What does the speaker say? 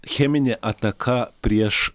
cheminė ataka prieš